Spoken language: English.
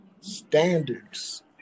standards